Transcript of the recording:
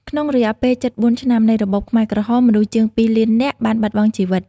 ក្នុងរយៈពេលជិត ៤ ឆ្នាំ នៃរបបខ្មែរក្រហម មនុស្សជាង ២ លាននាក់ បានបាត់បង់ជីវិត។